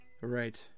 right